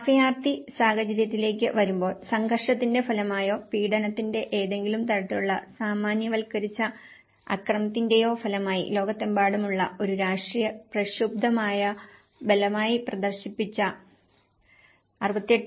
അഭയാർത്ഥി സാഹചര്യത്തിലേക്ക് വരുമ്പോൾ സംഘർഷത്തിന്റെ ഫലമായോ പീഡനത്തിന്റെയോ ഏതെങ്കിലും തരത്തിലുള്ള സാമാന്യവൽക്കരിച്ച അക്രമത്തിന്റെയോ ഫലമായി ലോകമെമ്പാടുമുള്ള ഒരു രാഷ്ട്രീയ പ്രക്ഷുബ്ധമായോ ബലമായി പ്രദർശിപ്പിച്ച 68